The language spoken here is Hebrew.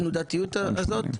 התנודתיות הזו?